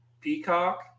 peacock